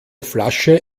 flasche